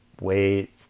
wait